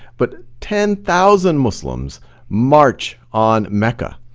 but ten thousand muslims march on mecca.